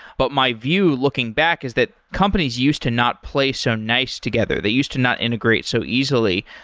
but my view looking back is that companies used to not play so nice together. they used to not integrate so easily.